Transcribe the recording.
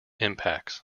impacts